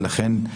ולכן,